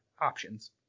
options